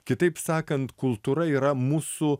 kitaip sakant kultūra yra mūsų